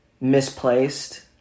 misplaced